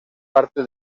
parte